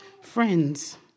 friends